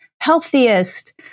healthiest